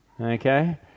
okay